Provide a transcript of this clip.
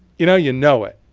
you know, you know it.